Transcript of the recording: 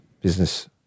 business